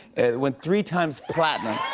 it went three times platinum.